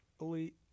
Elite